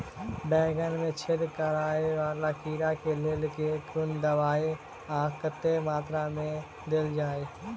बैंगन मे छेद कराए वला कीड़ा केँ लेल केँ कुन दवाई आ कतेक मात्रा मे देल जाए?